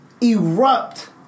erupt